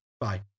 Bye